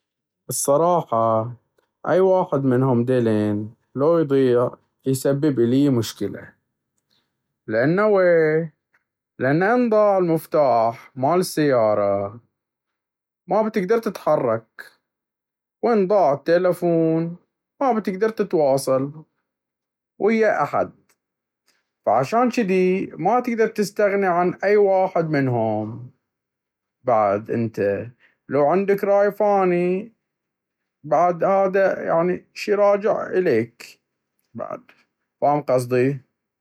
الصراحة أي واحد منهم دلين لو يضيع يسبب إليي مشكلة. لأنه ويه؟ لأن إن ضاع المفتاح مال السيارة ما بتقدر تتحرك، وإن ضاع التلفون ما بتقدر تتواصل ويا أي أحد، فعشان جدي ما تقدر تستغني عن أي واحد منهم، بعد انت لو عندك راي ثاني بعد هذا يعني شي راجع إليك بعد، فاهم قصدي؟